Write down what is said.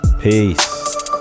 peace